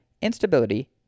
instability